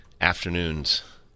afternoons